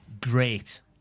great